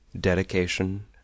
Dedication